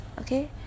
okay